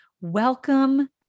welcome